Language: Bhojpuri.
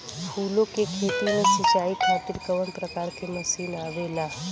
फूलो के खेती में सीचाई खातीर कवन प्रकार के मशीन आवेला?